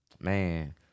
man